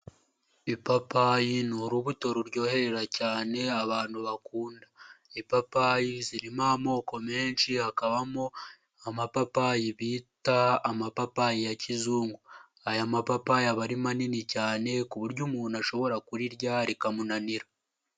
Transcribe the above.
Ipapayi ni urubuto ruryoherera cyane abantu bakunda, ipapayi zirimo amoko menshi, hakabamo amapapayi bita amapapa ya kizungu. Aya mapapayi aba ari manini cyane ku buryo umuntu ashobora kurirya rikamunanira.